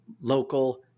local